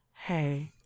hey